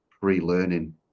pre-learning